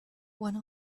one